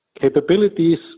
Capabilities